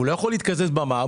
הוא לא יכול להתקזז במע"מ,